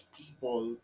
people